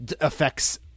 affects